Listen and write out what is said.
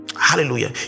hallelujah